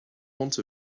want